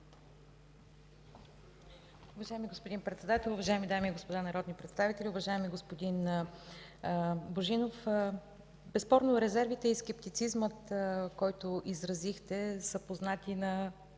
безспорно резервите и скептицизмът, който изразихте, са познати на